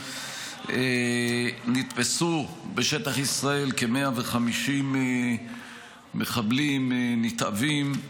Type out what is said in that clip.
נתפסו בשטח ישראל כ-150 מחבלים נתעבים,